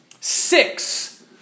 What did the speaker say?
Six